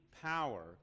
power